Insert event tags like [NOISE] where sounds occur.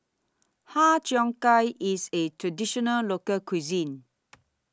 Har Cheong Gai IS A Traditional Local Cuisine [NOISE]